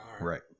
Right